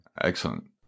Excellent